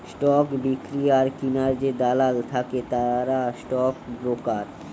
stock বিক্রি আর কিনার যে দালাল থাকে তারা স্টক ব্রোকার